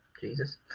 Jesus